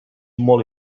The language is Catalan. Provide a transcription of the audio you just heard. molt